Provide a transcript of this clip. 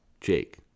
Jake